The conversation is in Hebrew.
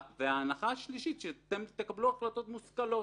ההנחה השלישית שאתם תקבלו החלטות מושכלות,